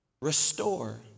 restore